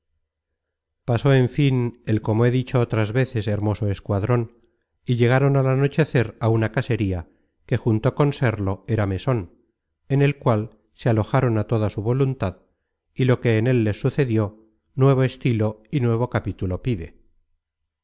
pasó en fin el como he dicho otras veces hermoso escuadron y llegaron al anochecer á una casería que junto con serlo era meson en el cual se alojaron á toda su voluntad y lo que en él les sucedió nuevo estilo y nuevo capítulo pide